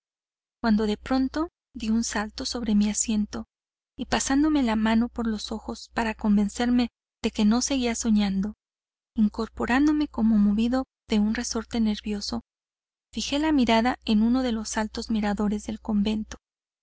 cuando de pronto di un salto sobre mi asiento y pasándome la mano por los ojos para convencerme de que no seguía soñando incorporándome como movido de un resorte nervioso fijé la mirada en uno de los altos miradores del convento